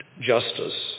justice